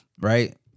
right